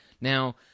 Now